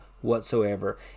whatsoever